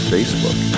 Facebook